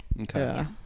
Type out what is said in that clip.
Okay